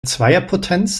zweierpotenz